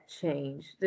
change